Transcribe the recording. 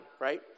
right